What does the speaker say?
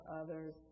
others